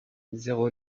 zéro